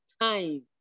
time